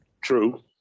true